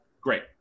Great